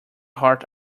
heart